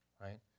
right